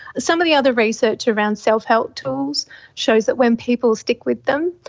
some of the other research around self-help tools shows that when people stick with them,